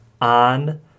on